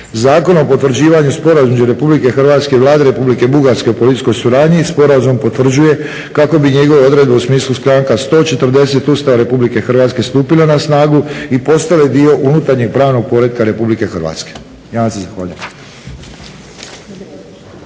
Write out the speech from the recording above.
Zakon o potvrđivanja Sporazuma između Vlade Republike Hrvatske i Vlade Republike Bugarske o policijskoj suradnji sporazum potvrđuje kako bi njegove odredbe u smislu članka 140. Ustava RH stupile na snagu i postale dio unutarnjeg pravnog poretka RH. Ja vam se zahvaljujem.